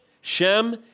Shem